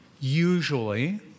usually